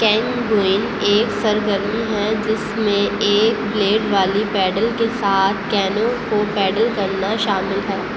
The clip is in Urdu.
کینوئنگ ایک سرگرمی ہے جس میں ایک بلیڈ والی پیڈل کے ساتھ کینو کو پیڈل کرنا شامل ہے